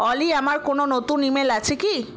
অলি আমার কোনও নতুন ইমেল আছে কি